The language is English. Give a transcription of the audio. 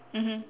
mmhmm